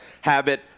Habit